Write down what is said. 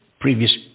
previous